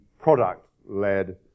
product-led